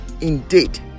indeed